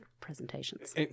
presentations